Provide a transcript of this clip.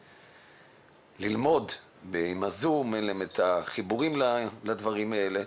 ללמוד בזום כי אין להם חיבור לדברים האלה,